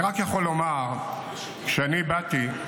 אני רק יכול לומר שאני באתי,